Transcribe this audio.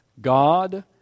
God